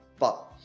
but.